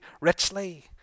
richly